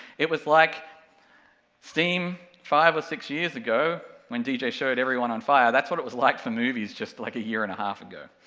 it was like steam, five or six years ago, when dj showed everyone on fire, that's what it was like for movies, just like a year and a half ago.